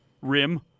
rim